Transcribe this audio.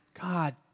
God